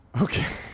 Okay